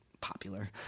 popular